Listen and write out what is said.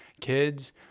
kids